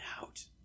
out